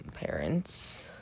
parents